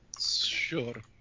Sure